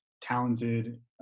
talented